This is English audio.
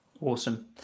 Awesome